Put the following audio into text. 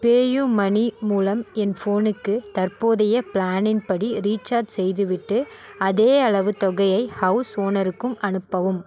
PayUmoney மூலம் என் ஃபோனுக்கு தற்போதைய பிளானின் படி ரீசார்ஜ் செய்துவிட்டு அதேயளவு தொகையை ஹவுஸ் ஓனருக்கும் அனுப்பவும்